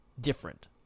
different